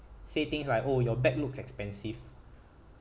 say things like oh your bag looks expensive